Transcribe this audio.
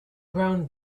brown